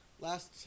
Last